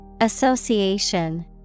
Association